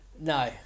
No